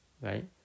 right